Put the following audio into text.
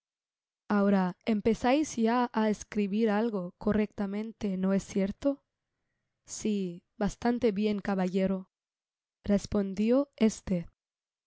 ahora empezais ya á escribir algo correctamente no es cierto j v i si bastante bien caballero respondió éste